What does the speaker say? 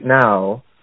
now